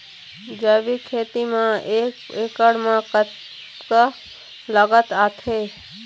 जैविक खेती म एक एकड़ म कतक लागत आथे?